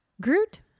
Groot